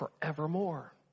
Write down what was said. forevermore